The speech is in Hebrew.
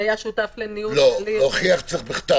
זה, לעניות דעתי, מבחן.